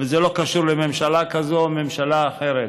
וזה לא קשור לממשלה כזאת או ממשלה אחרת.